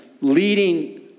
leading